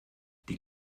die